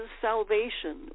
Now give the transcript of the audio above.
salvation